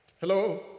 Hello